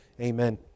amen